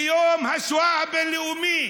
ביום השואה הבין-לאומי,